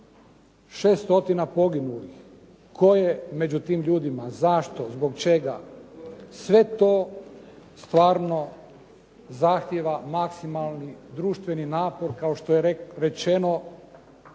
poginulih, tko je među tim ljudima, zašto, zbog čega. Sve to stvarno zahtijeva maksimalni društveni napor kao što je rečeno